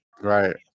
Right